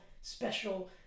special